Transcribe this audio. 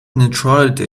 neutrality